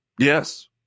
Yes